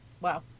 Wow